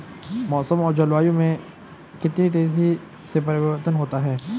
मौसम और जलवायु में कितनी तेजी से परिवर्तन होता है?